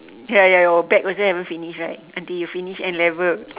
ya ya your bag also haven't finish right until you finish N-level